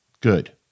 good